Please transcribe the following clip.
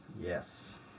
Yes